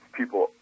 people